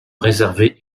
réservé